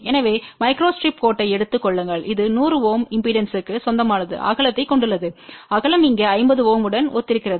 எனவே மைக்ரோஸ்ட்ரிப் கோட்டை எடுத்துக் கொள்ளுங்கள் இது 100 Ω இம்பெடன்ஸ்க்கு சொந்தமான அகலத்தைக் கொண்டுள்ளது அகலம் இங்கே 50 Ω உடன் ஒத்திருக்கிறது